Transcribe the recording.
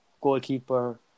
goalkeeper